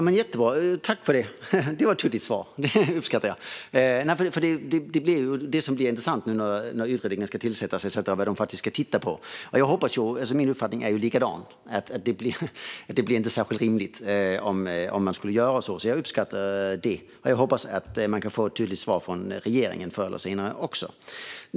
Herr talman! Jättebra, Patrick Reslow! Tack för det! Det var ett tydligt svar. När utredningen ska tillsättas och så vidare blir det ju intressant att se vad man faktiskt ska titta på. Min uppfattning är likadan. Det är inte särskilt rimligt om man skulle göra så. Jag hoppas att man förr eller senare kan få ett tydligt svar från regeringen om detta också.